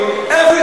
איפה,